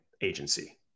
agency